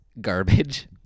garbage